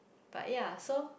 but ya so